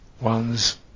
one's